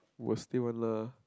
will stay one lah